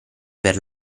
per